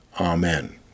Amen